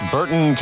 Burton